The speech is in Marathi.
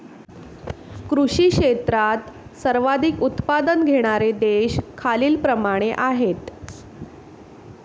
कृषी क्षेत्रात सर्वाधिक उत्पादन घेणारे देश खालीलप्रमाणे आहेत